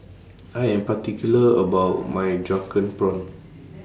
I Am particular about My Drunken Prawns